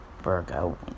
Virgo